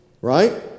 Right